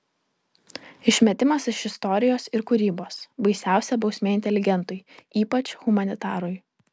išmetimas iš istorijos ir kūrybos baisiausia bausmė inteligentui ypač humanitarui